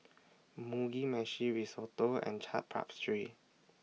Mugi Meshi Risotto and Chaat